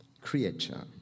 creature